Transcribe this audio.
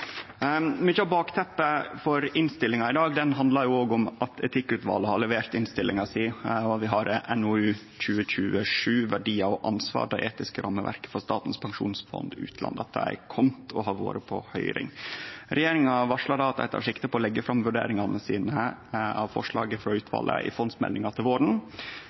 Mykje av bakteppet for innstillinga i dag handlar om at etikkutvalet har levert innstillinga si, og at vi har fått NOU 2020: 7, Verdier og ansvar – det etiske rammeverket for Statens pensjonsfond utland. Dette har kome og har vore på høyring. Regjeringa varslar at dei tek sikte på å leggje fram vurderingane sine av forslaget frå utvalet i fondsmeldinga til våren.